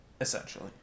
Essentially